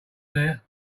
there